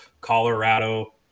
Colorado